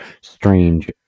strange